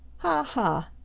ha!